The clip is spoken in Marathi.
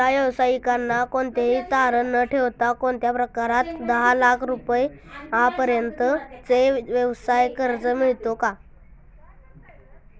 महिला व्यावसायिकांना कोणतेही तारण न ठेवता कोणत्या प्रकारात दहा लाख रुपयांपर्यंतचे व्यवसाय कर्ज मिळतो?